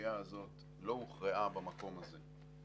הסוגיה הזאת לא הוכרעה במקום הזה,